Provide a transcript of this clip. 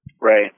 right